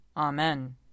Amen